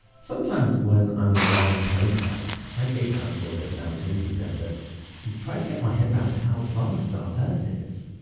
sometimes when i'm on and a long plane flight, i gaze out at all those mountains and deserts and try to get my head around how vast our earth is.